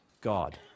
God